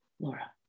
Laura